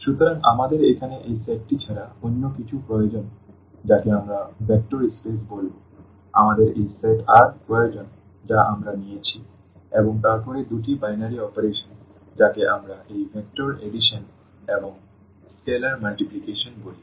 সুতরাং আমাদের এখানে এই সেট টি ছাড়া অন্য কিছু প্রয়োজন যাকে আমরা ভেক্টর স্পেস বলব আমাদের এই সেট R প্রয়োজন যা আমরা নিয়েছি এবং তারপরে দুটি বাইনারি অপারেশন যাকে আমরা এই ভেক্টর এডিশন এবং স্কেলার মাল্টিপ্লিকেশন বলি